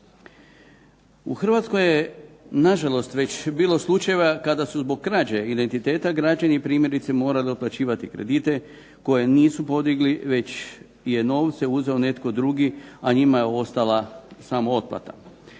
U Hrvatskoj je na žalost već bilo slučajeva kada su zbog krađe identiteta građani primjerice morali otplaćivati kredite koje nisu podigli, već je novce uzeo netko drugi, a njima je ostala samo otplata.